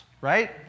right